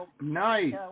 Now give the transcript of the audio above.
Nice